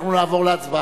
אנחנו נעבור להצבעה.